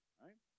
right